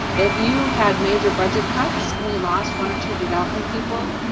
if you had major budget cuts and you lost one or two development people,